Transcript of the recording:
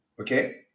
Okay